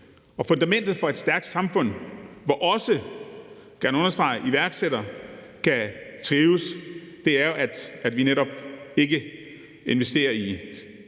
fundamentet for et stærkt samfund, hvor også, vil jeg gerne understrege, iværksættere kan trives, er, at vi netop ikke investerer i